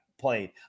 played